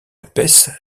épaisse